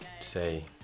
say